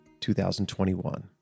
2021